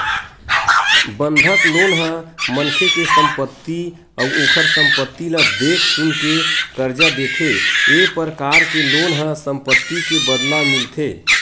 बंधक लोन ह मनखे के संपत्ति अउ ओखर संपत्ति ल देख सुनके करजा देथे ए परकार के लोन ह संपत्ति के बदला मिलथे